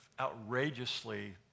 outrageously